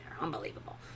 Unbelievable